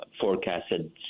forecasted